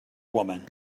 woman